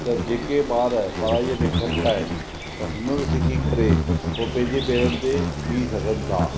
त जेके ॿार पढ़ाईअ में घटि आहिनि त हुनर सिखी करे उहो पंहिंजे पेरनि ते बीह सघनि था